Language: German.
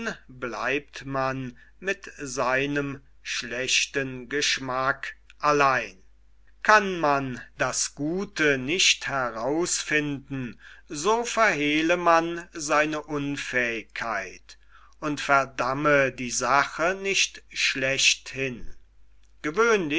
bleibt man mit seinem schlechten geschmack allein kann man das gute nicht herausfinden so verhehle man seine unfähigkeit und verdamme die sache nicht schlechthin